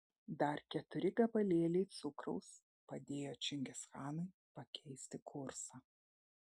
dar keturi gabalėliai cukraus padėjo čingischanui pakeisti kursą